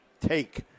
take